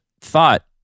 thought